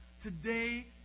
Today